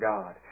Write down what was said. God